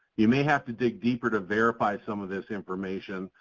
you may have to dig deeper to verify some of this information,